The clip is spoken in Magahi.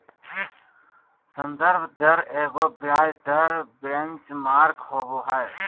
संदर्भ दर एगो ब्याज दर बेंचमार्क होबो हइ